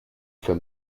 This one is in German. für